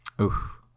Oof